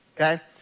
okay